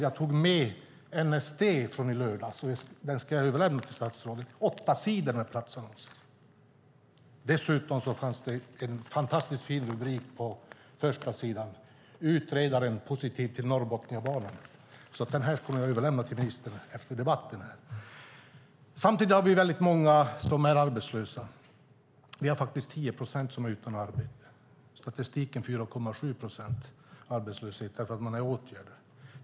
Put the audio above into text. Jag tog med NSD från i lördags, och den ska jag överlämna till statsrådet efter debatten. Där finns åtta sidor med platsannonser, och dessutom finns det en fantastiskt fin rubrik på förstasidan som lyder "Utredare positiv till Norrbotniabanan". Samtidigt har vi många som är arbetslösa. Vi har faktiskt 10 procent som är utan arbete. Statistiken säger 4,7 procent arbetslösa därför att många deltar i åtgärder.